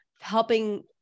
helping